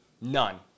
none